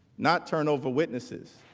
not turnover witnesses.